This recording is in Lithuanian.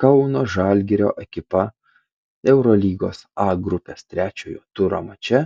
kauno žalgirio ekipa eurolygos a grupės trečiojo turo mače